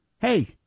hey